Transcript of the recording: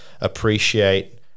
appreciate